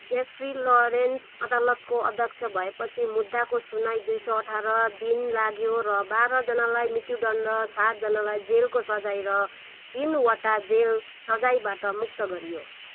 Jefri Lawrence अदालतको अध्यक्ष भएपछि मुद्दाको सुनुवाइ दुई सौ अठाह्र दिन लाग्यो र बाह्र जनालाई मृत्युदण्ड सात जनालाई जेल सजाय र तिनवटा जेल सजायबाट मुक्त गरियो